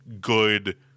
good